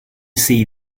see